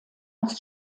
aus